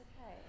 okay